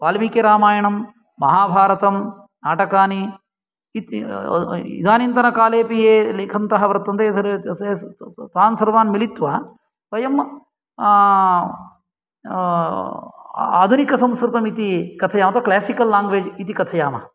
वाल्मीकिरामायणं महाभारतं नाटकानि इदानीन्तनकालेपि ये लेखन्तः वर्तन्ते तान् सर्वान् मिलित्वा वयम् आधुनिकसंस्कृतम् इति कथयामः तत् क्लेसिकल् लाङ्गवेज् इति कथयामः